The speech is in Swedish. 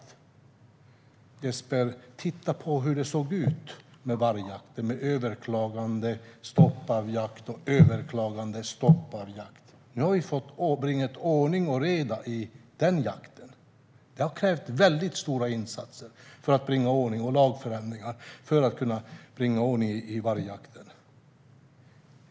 Titta på hur det såg ut med vargjakten - med överklaganden, stoppad jakt, överklaganden och stoppad jakt. Nu har vi bringat ordning och reda i denna jakt. Det har krävts stora insatser för att göra lagförändringar och få ordning på vargjakten.